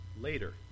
later